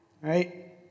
Right